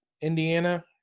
Indiana